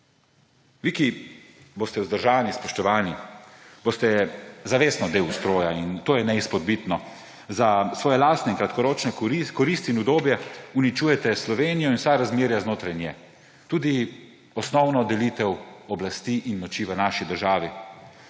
Vi, ki boste vzdržani, spoštovani, boste zaresno del ustroja. In to je neizpodbitno. Za svoje lastne in kratkoročne koristi in udobje uničujete Slovenijo in vsa razmerja znotraj nje, tudi osnovno delitev oblasti in moči v naši državi.